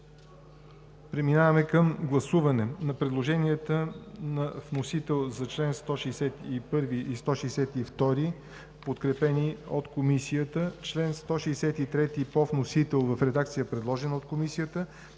Преминаваме към гласуване на предложенията на вносител за чл. 161 и чл. 162, подкрепени от Комисията, чл. 163 по вносител, в редакция, предложена от Комисията,